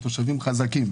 התושבים חזקים,